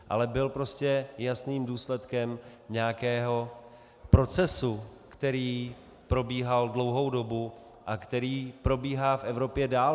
Ale byl prostě jasným důsledkem nějakého procesu, který probíhal dlouhou dobu a který probíhá v Evropě dál.